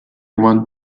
want